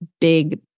big